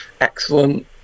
excellent